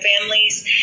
families